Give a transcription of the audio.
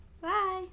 Bye